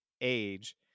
age